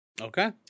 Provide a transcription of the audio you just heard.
Okay